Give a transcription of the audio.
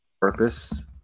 purpose